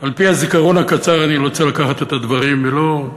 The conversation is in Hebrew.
על-פי הזיכרון הקצר אני רוצה לקחת את הדברים, ולא,